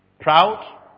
Proud